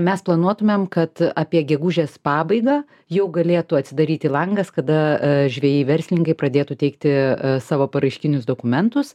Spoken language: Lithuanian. mes planuotumėm kad apie gegužės pabaigą jau galėtų atsidaryti langas kada žvejai verslininkai pradėtų teikti savo paraiškinius dokumentus